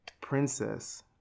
princess